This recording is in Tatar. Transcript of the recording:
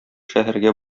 шәһәргә